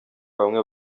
bamwe